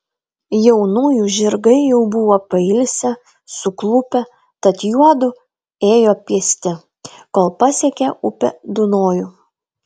jaunųjų žirgai jau buvo pailsę suklupę tad juodu ėjo pėsti kol pasiekė upę dunojų